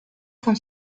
con